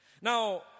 Now